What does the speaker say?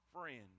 friend